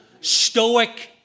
stoic